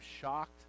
shocked